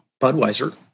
Budweiser